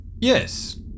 Yes